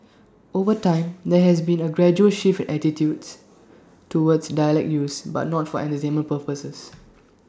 over time there has been A gradual shift attitudes towards dialect use but not for purposes